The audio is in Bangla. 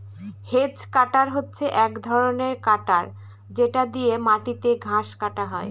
হেজ কাটার হচ্ছে এক ধরনের কাটার যেটা দিয়ে মাটিতে ঘাস কাটা হয়